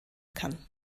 kann